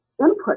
input